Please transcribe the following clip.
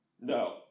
No